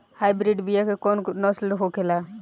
Hybrid बीया के कौन कौन नस्ल होखेला?